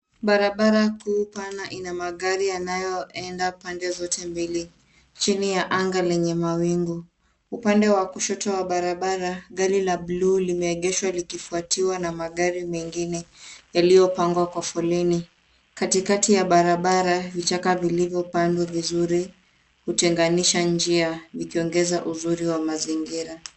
Barabara kuu pana ina magari yanayo enda pande zote mbili chini ya anga lenye mawingu. Upande wa kushoto wa barabara, gari la blue limeegeshwa likifuatiwa na magari mengine yaliyopangwa kwa foleni. Katikati ya barabara, vichaka vilivyopandwa vizuri hutenganisha njia vikiongeza uzuri wa mazingira.